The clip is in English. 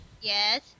Yes